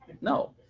No